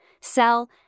sell